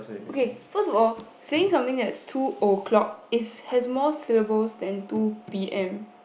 okay first of all saying something that is two o-clock is has more syllabus than two P_M